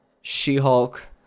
She-Hulk